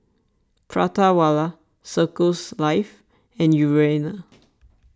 Prata Wala Circles Life and Urana